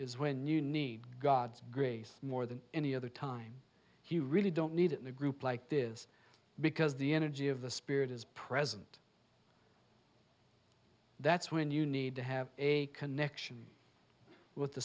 is when you need god's grace more than any other time he really don't need it in a group like this because the energy of the spirit is present that's when you need to have a connection with the